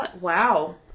wow